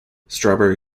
strawberry